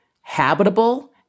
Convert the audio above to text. habitable